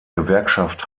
gewerkschaft